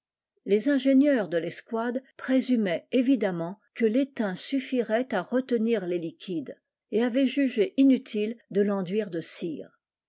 les ingénieurs de l'escouade présumaient évidemment que l'étain suffirait à retenir les liquides et avaient jugé inutile de l'enduire de cire